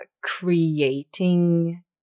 creating